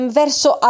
verso